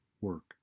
work